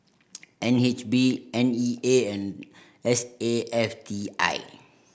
N H B N E A and S A F T I